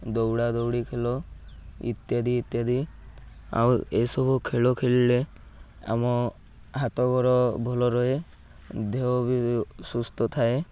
ଦୌଡ଼ା ଦୌଡ଼ି ଖେଳ ଇତ୍ୟାଦି ଇତ୍ୟାଦି ଆଉ ଏସବୁ ଖେଳ ଖେଳିଲେ ଆମ ହାତଗୋଡ଼ ଭଲ ରହେ ଦେହ ବି ସୁସ୍ଥ ଥାଏ